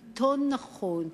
עם טון נכון,